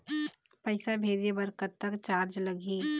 पैसा भेजे बर कतक चार्ज लगही?